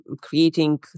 creating